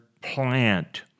plant